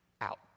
Out